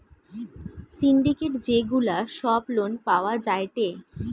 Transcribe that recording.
syndicate যে গুলা সব লোন পাওয়া যায়টে